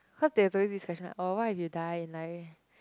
cause there's always this question oh what if you die in like